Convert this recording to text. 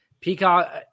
Peacock